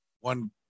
one